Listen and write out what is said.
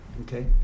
okay